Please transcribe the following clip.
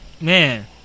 man